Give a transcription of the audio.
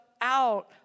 out